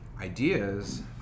ideas